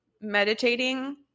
meditating